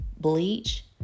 bleach